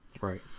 right